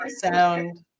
sound